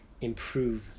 improve